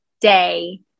day